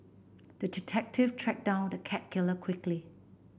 the detective tracked down the cat killer quickly